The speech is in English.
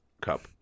Cup